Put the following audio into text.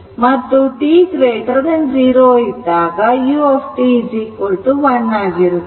ಮತ್ತು t0 ಇದ್ದಾಗ u1 ಆಗಿರುತ್ತದೆ